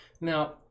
Now